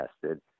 tested